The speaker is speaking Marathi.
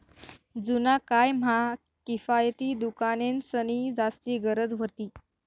जुना काय म्हा किफायती दुकानेंसनी जास्ती गरज व्हती